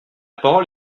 parole